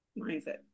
mindset